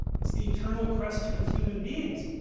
it's the eternal question of human beings.